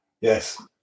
Yes